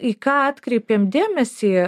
į ką atkreipėm dėmesį